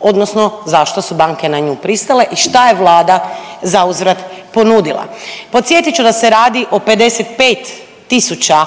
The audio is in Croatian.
odnosno zašto su banke na nju pristale i šta je Vlada zauzvrat ponudila. Podsjetit ću da se radi o 55 tisuća